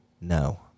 No